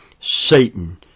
Satan